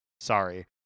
sorry